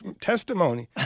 testimony